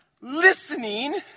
listening